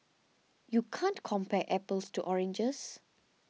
you can't compare apples to oranges